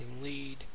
lead